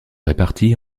répartis